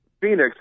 Phoenix